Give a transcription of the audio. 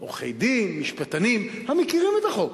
עורכי-דין, משפטנים המכירים את החוק,